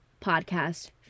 podcast